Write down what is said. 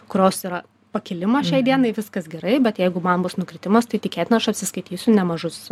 kurios yra pakilimas šiai dienai viskas gerai bet jeigu man bus nukritimas tai tikėtina aš atsiskaitysiu nemažus